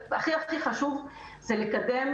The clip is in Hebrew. והחשוב ביותר